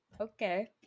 Okay